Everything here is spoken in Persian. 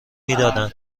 میدادن